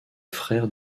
frère